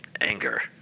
anger